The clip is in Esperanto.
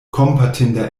kompatinda